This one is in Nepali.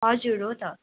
हजुर हो त